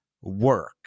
work